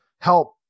help